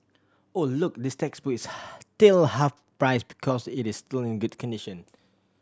oh look this textbook is still half price because it is still in good condition